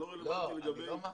לא, אני לא מערבב.